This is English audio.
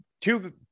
two